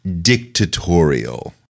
dictatorial